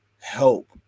help